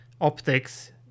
optics